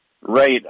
Right